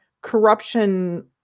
corruption